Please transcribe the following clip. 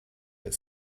but